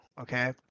Okay